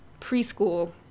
preschool